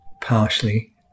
partially